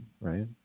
right